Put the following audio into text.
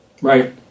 Right